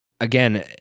again